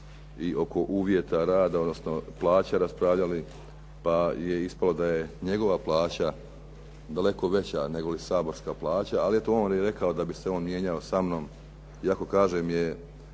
i oko uvjeta rada odnosno plaće raspravljali pa je ispalo da je njegova plaća daleko veća nego li saborska plaća, ali eto on je rekao da bi se on mijenjao sa mnom iako kažem je